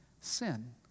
sin